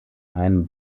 einem